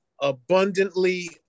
abundantly